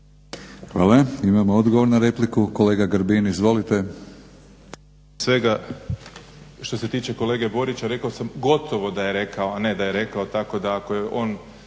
Hvala. Imamo odgovor na repliku, kolega Grbin izvolite. **Grbin, Peđa (SDP)** Što se tiče kolege Borića, rekao sam gotovo da je rekao, a ne da je rekao. Tako da ako je on